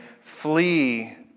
Flee